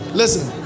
listen